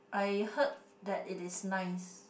I heard that it is nice